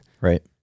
right